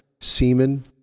semen